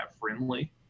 friendly